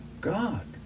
God